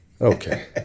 Okay